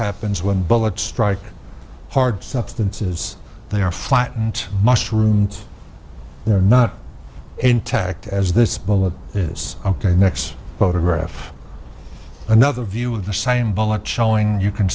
happens when bullet strike hard substances they are flattened mushrooms they're not intact as this bullet is ok next photograph another view of the same bullet showing you can